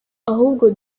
ahubwo